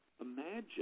imagine